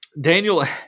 Daniel